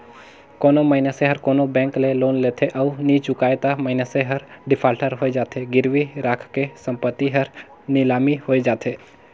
कोनो मइनसे हर कोनो बेंक ले लोन लेथे अउ नी चुकाय ता मइनसे हर डिफाल्टर होए जाथे, गिरवी रराखे संपत्ति हर लिलामी होए जाथे